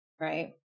right